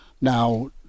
now